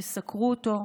שיסקרו אותו,